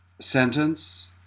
sentence